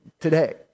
today